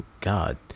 God